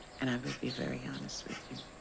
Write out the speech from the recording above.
and i will be very honest with you.